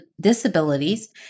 disabilities